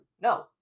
no